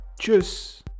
Tschüss